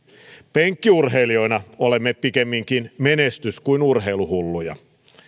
penkkiurheilijoina olemme pikemminkin menestys kuin urheiluhulluja